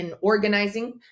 organizing